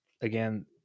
again